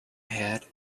head